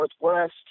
Northwest